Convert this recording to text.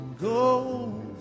go